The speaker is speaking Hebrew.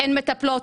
אין מטפלות,